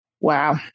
wow